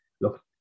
look